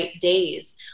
days